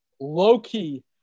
low-key